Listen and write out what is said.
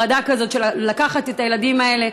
אבל אני מתנגדת נחרצות להפרדה כזאת: לקחת את הילדים האלה,